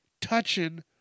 touching